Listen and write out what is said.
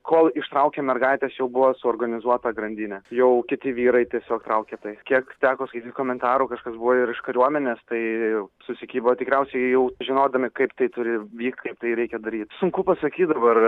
kol ištraukėm mergaitės jau buvo suorganizuota grandinę jau kiti vyrai tiesiog traukė tai kiek teko skaityt komentarų kažkas buvo iš kariuomenės tai susikibo tikriausiai jau žinodami kaip tai turi vykt kaip tai reikia daryt sunku pasakyt dabar